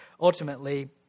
ultimately